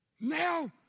Now